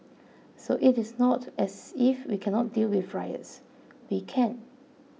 so it is not as if we cannot deal with riots we can